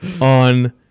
on